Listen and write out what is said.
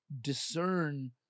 discern